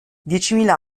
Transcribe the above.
diecimila